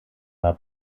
war